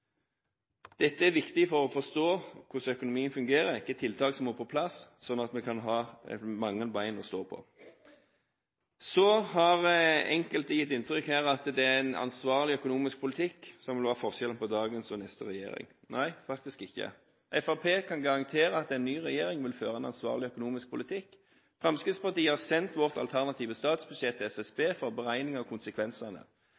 Dette er viktig for å forstå hvordan økonomien fungerer, hvilke tiltak som må på plass, slik at vi kan ha mange ben å stå på. Så har enkelte her gitt inntrykk av at det er en ansvarlig økonomisk politikk som vil være forskjellen på dagens regjering og neste regjering. Nei, faktisk ikke, Fremskrittspartiet kan garantere at en ny regjering vil føre en ansvarlig økonomisk politikk. Vi i Fremskrittspartiet har sendt vårt alternative statsbudsjett til